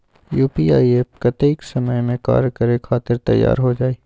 UPI app कतेइक समय मे कार्य करे खातीर तैयार हो जाई?